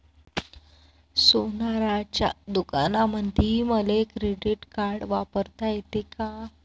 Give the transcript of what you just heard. सोनाराच्या दुकानामंधीही मले क्रेडिट कार्ड वापरता येते का?